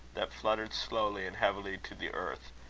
that fluttered slowly and heavily to the earth,